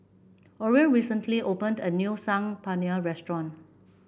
orion recently opened a new Saag Paneer Restaurant